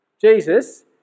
Jesus